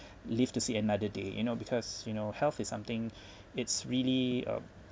live to see another day you know because you know health is something it's really um